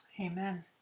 Amen